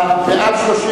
בעד,